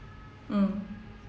mm